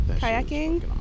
kayaking